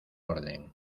orden